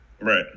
Right